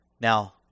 now